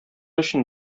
өчен